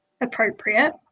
appropriate